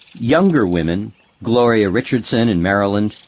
younger women gloria richardson in maryland,